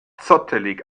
zottelig